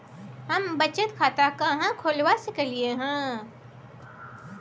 हम बचत खाता कहाॅं खोलवा सकलिये हन?